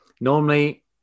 normally